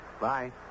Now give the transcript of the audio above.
Bye